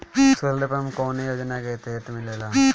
Solar pump कौने योजना के तहत मिलेला?